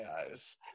eyes